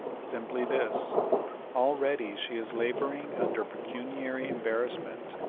simply this already she is laboring under pecuniary embarrassment,